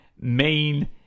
Main